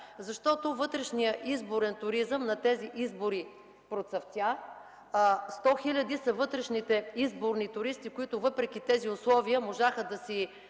защото вътрешният изборен туризъм на тези избори процъфтя, а 100 хиляди са вътрешните изборни туристи, които въпреки тези условия можаха да си